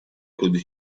could